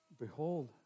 Behold